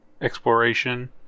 exploration